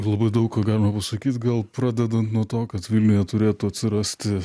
labai daug ką galima pasakyt gal pradedant nuo to kad vilniuje turėtų atsirasti